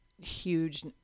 huge